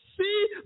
see